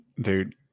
dude